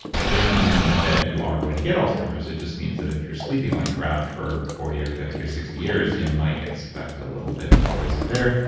it doesn't mean that you are going to get alzheimer's. it just means that if you're sleeping like crap for forty or fifty or sixty years, you might expect a little bit more risk there,